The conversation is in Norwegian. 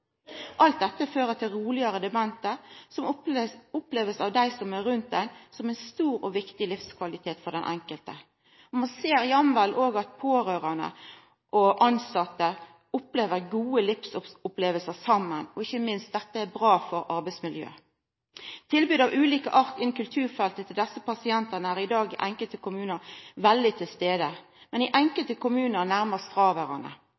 Alt dette fører til rolegare demente, som av dei som er rundt, blir opplevd som ein stor og viktig livskvalitet for den enkelte. Ein ser jamvel òg at pårørande og tilsette har gode livsopplevingar saman. Ikkje minst er dette bra for arbeidsmiljøet. Tilbod av ulike slag på kulturfeltet til desse pasientane er i dag mykje til stades i enkelte kommunar, men er i